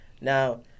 Now